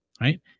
right